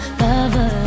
lover